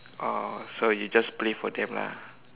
oh so you just play for them lah